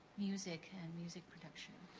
music and music production?